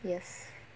yes